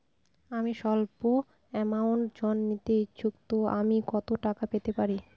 আমি সল্প আমৌন্ট ঋণ নিতে ইচ্ছুক তো আমি কত টাকা পেতে পারি?